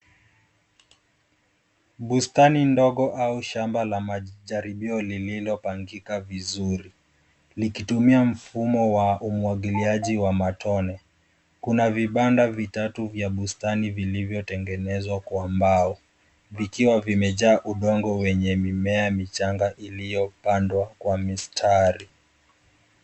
Bustani ndogo au shamba la majaribio lililopangika vizuri likitumia mfumo wa umwagiliaji wa matone. Kuna vibanda vitatu vya bustani vilivyotengenezwa kwa mbao vikiwa vimejaa udongo wenye mimea michanga iliyopandwa kwa mistari.